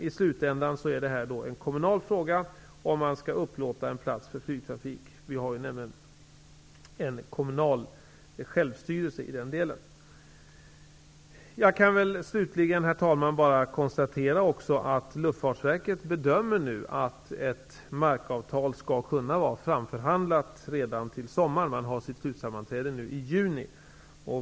I slutändan är detta en kommunal fråga, om man skall upplåta mark för flygtrafik. Vi har nämligen kommunal självstyrelse i den delen. Herr talman! Slutligen kan jag konstatera att Luftfartsverket nu bedömer att ett markavtal skall kunna vara framförhandlat redan till sommaren. Man har slutsammanträde i juni.